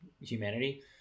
humanity